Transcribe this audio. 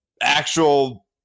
actual